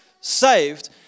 Saved